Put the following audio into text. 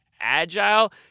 agile